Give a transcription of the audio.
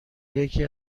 یکی